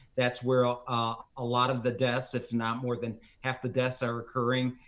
that's where ah ah a lot of the deaths if not more than half the deaths are occurring,